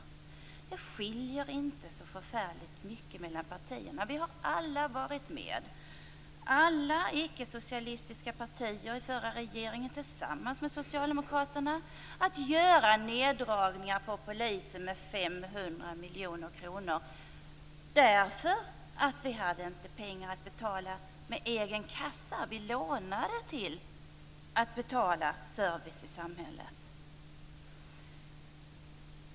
Det skiljer inte så förfärligt mycket mellan partierna. Alla har vi varit med, samtliga icke-socialistiska partier i förra regeringen tillsammans med Socialdemokraterna, om att göra neddragningar inom polisen med 500 miljoner kronor. Anledningen var att vi inte hade pengar i den egna kassan att betala med. Vi lånade ju pengar för att kunna betala för service i samhället.